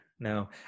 No